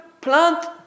plant